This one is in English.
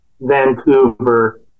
Vancouver